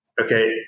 Okay